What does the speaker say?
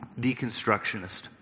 deconstructionist